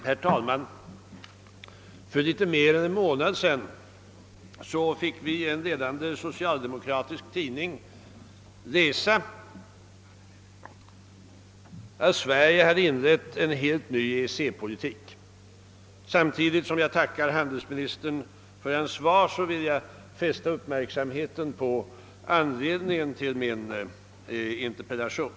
Herr talman! För litet mer än en må nad sedan fick vi i en ledande socialdemokratisk tidning läsa att Sverige hade inlett en helt ny EEC-politik. Samtidigt som jag tackar handelsministern för hans svar vill jag fästa uppmärksamheten på anledningen till min interpellation.